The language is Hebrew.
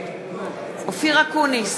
נגד אופיר אקוניס,